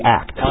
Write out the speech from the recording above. act